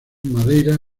madeira